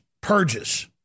purges